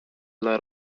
dla